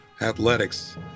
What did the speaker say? Athletics